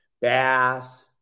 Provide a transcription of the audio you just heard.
Bass